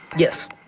yes.